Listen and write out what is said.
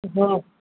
हँ